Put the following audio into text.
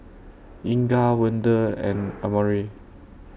Inga Wende and Amare